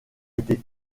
été